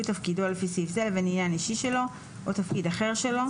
תפקידו לפי סעיף זה לבין עניין אישי שלו או תפקיד אחר שלו,